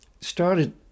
started